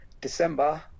December